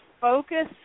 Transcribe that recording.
focus